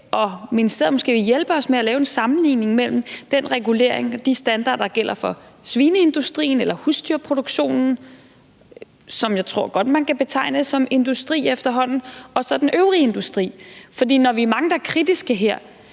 og ministeriet måske vil hjælpe os med at lave en sammenligning mellem den regulering og de standarder, der gælder for svineindustrien eller husdyrproduktionen – som jeg efterhånden godt tror man kan betegne som industri – og så den øvrige industri. For når vi er mange, der er kritiske her,